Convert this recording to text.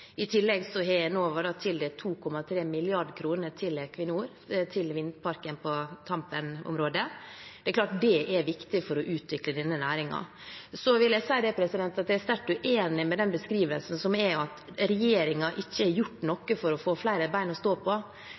I tillegg har Enova tildelt 2,3 mrd. kr til Equinor, til vindparken på Tampen-området. Det er klart det er viktig for å utvikle denne næringen. Så vil jeg si at jeg er sterkt uenig i beskrivelsen av at regjeringen ikke har gjort noe for å få flere bein å stå på.